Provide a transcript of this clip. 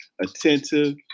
attentive